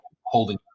holding